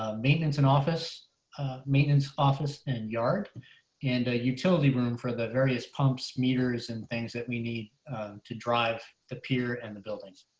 ah maintenance and office maintenance office in yard and a utility room for the various pumps meters and things that we need to drive the pier and the buildings.